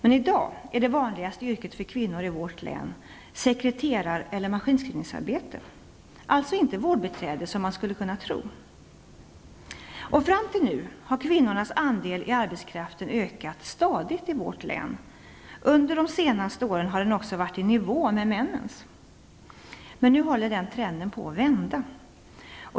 I dag är det vanligaste yrket för kvinnor i vårt län sekreterar eller maskinskrivningsarbete. Det är alltså inte vårdbiträde, som man skulle kunna tro. Fram till nu har kvinnornas andel av arbetskraften ökat stadigt i vårt län. Under de senaste åren har den varit i nivå med männens. Nu håller trenden på att vända.